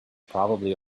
probably